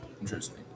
Interesting